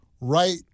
right